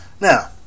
Now